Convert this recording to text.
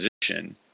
position